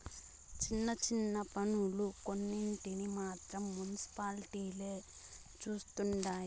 చిన్న చిన్న పన్నులు కొన్నింటిని మాత్రం మునిసిపాలిటీలే చుస్తండాయి